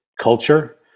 culture